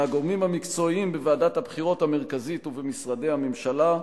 מהגורמים המקצועיים בוועדת הבחירות המרכזית ובמשרדי הממשלה,